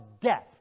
death